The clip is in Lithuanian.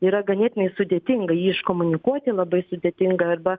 yra ganėtinai sudėtinga jį iškomunikuoti labai sudėtinga arba